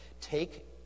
Take